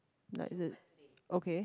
like is it okay